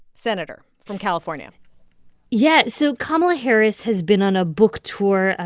senator from california yeah. so kamala harris has been on a book tour. ah